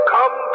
Come